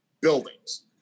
buildings